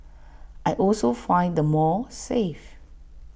I also find the mall safe